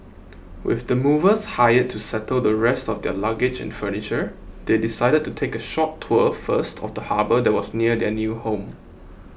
with the movers hired to settle the rest of their luggage and furniture they decided to take a short tour first of the harbour that was near their new home